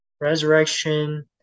Resurrection